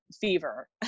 fever